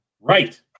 Right